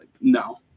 no